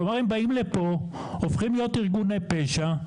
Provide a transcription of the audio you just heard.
כלומר הם באים לפה והופכים להיות ארגוני פשע,